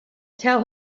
tell